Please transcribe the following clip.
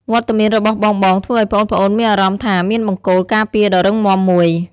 វត្តមានរបស់បងៗធ្វើឱ្យប្អូនៗមានអារម្មណ៍ថាមានបង្គោលការពារដ៏រឹងមាំមួយ។